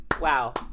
wow